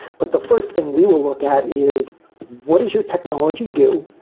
but the first thing we will look at is what is your technology do,